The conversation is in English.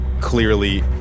clearly